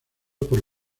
por